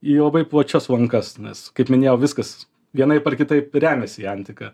į labai plačias lankas nes kaip minėjau viskas vienaip ar kitaip remiasi į antiką